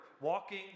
walking